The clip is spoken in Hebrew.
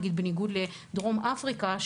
בניגוד לדרום אפריקה,